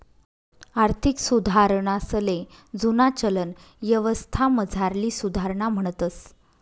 आर्थिक सुधारणासले जुना चलन यवस्थामझारली सुधारणा म्हणतंस